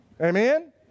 Amen